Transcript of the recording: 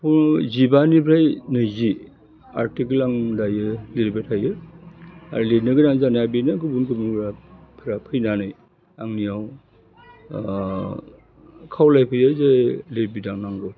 फुल जिबानिफ्राय नैजि आरटिकोल आं दायो लिरबाय थायो आरो लिरनो गोनां जानाया बेनो गुबुन गुबुनफ्रा फैनानै आंनियाव खावलायफैयो जे लिरबिदां नांगौ